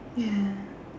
ya